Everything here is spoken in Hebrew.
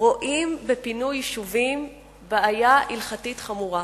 רואים בפינוי יישובים בעיה הלכתית חמורה.